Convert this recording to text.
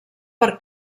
per